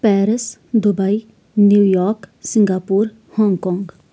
Paris Dubai New York Singapore Hong Kong